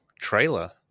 trailer